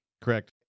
Correct